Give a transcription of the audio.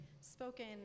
spoken